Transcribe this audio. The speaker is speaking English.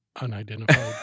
unidentified